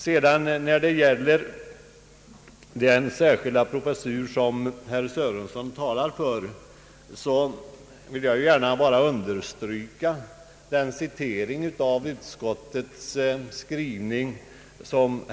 När det sedan gäller den särskilda professur, som herr Sörenson talar för, vill jag gärna understryka vad herr Sörenson citerade ur utskottets skrivning.